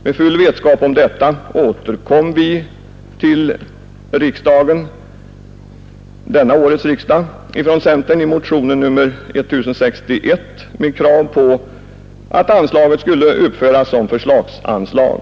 Med full vetskap om detta återkom vi från centern i motionen 1061 till detta års riksdag med krav på att anslaget skulle uppföras som ett förslagsanslag.